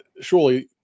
surely